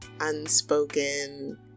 unspoken